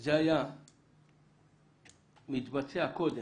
זה היה מתבצע קודם,